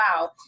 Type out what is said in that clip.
wow